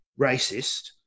racist